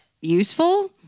useful